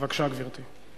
בבקשה, גברתי.